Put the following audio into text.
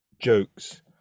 jokes